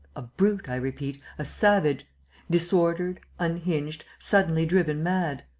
a brute, i repeat, a savage disordered, unhinged, suddenly driven mad.